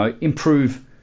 improve